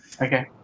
Okay